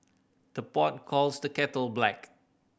the pot calls the kettle black